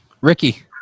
Ricky